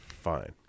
Fine